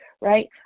right